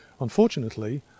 Unfortunately